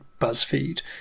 BuzzFeed